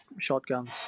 shotguns